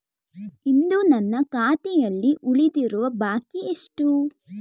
ಇಂದು ನನ್ನ ಖಾತೆಯಲ್ಲಿ ಉಳಿದಿರುವ ಬಾಕಿ ಎಷ್ಟು?